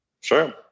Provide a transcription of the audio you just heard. Sure